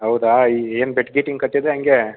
ಹೌದಾ ಏನು ಬೆಟ್ ಗಿಟಿಂಗ್ ಕಟ್ಟಿದ್ದಿರಾ ಹೇಗೆ